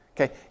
Okay